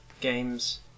games